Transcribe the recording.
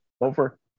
over